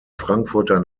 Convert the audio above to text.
frankfurter